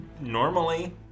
Normally